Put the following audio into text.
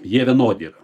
jie vienodi yra